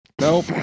Nope